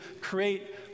create